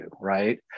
right